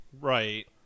Right